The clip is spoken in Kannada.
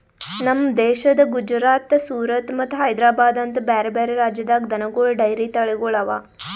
ನಮ್ ದೇಶದ ಗುಜರಾತ್, ಸೂರತ್ ಮತ್ತ ಹೈದ್ರಾಬಾದ್ ಅಂತ ಬ್ಯಾರೆ ಬ್ಯಾರೆ ರಾಜ್ಯದಾಗ್ ದನಗೋಳ್ ಡೈರಿ ತಳಿಗೊಳ್ ಅವಾ